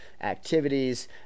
activities